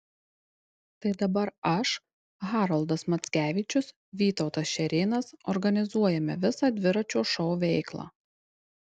tai dabar aš haroldas mackevičius vytautas šerėnas organizuojame visą dviračio šou veiklą